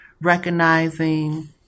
recognizing